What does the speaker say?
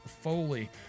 Foley